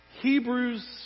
Hebrews